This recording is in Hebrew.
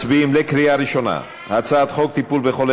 אנחנו מצביעים בקריאה ראשונה על הצעת חוק טיפול בחולי